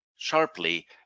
sharply